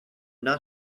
not